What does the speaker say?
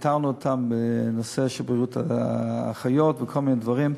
פיטרנו אותם בנושא של האחיות וכל מיני דברים,